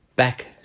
Back